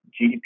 GDP